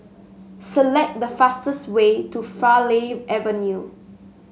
select the fastest way to Farleigh Avenue